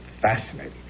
Fascinating